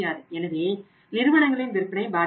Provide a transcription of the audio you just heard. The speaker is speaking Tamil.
எனவே நிறுவனங்களின் விற்பனை பாதிக்கிறது